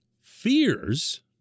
fears